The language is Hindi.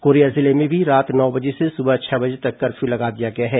कोरिया जिले में भी रात नौ बजे से सुबह छह बजे तक कर्फ्यू लगा दिया गया है